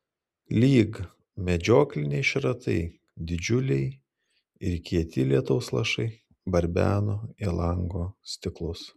lyg medžiokliniai šratai didžiuliai ir kieti lietaus lašai barbeno į lango stiklus